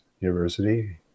University